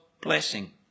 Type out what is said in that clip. blessing